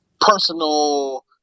personal